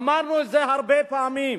אמרנו את זה הרבה פעמים: